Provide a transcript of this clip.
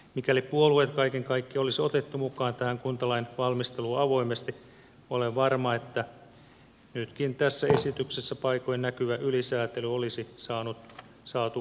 mikäli puolueet kaiken kaikkiaan olisi otettu mukaan tähän kuntalain valmisteluun avoimesti olen varma että nytkin tässä esityksessä paikoin näkyvä ylisäätely olisi saatu vältettyä